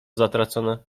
zatracone